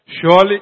Surely